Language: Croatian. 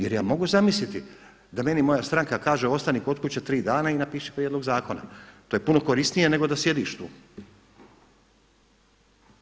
Jer ja mogu zamisliti da meni moja stranka kaže ostani kod kuće 3 dana i napiši prijedlog zakona, to je puno korisnije nego da sjediš tu.